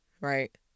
right